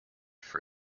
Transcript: for